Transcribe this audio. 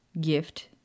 gift